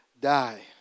die